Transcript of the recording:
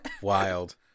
wild